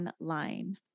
online